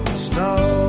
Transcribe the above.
snow